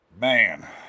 Man